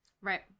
Right